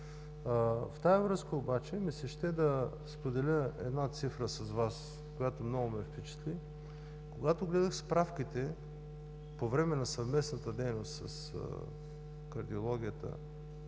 В тази връзка ми се ще да споделя една цифра с Вас, която много ме впечатли. Когато гледах справките, по време на съвместната дейност с кардиологията,